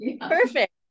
Perfect